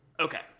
Okay